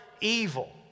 evil